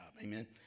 Amen